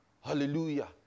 Hallelujah